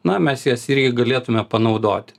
na mes jas irgi galėtume panaudoti